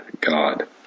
God